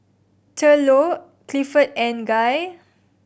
Thurlow Clifford and Guy